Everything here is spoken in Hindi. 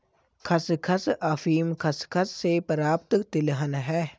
खसखस अफीम खसखस से प्राप्त तिलहन है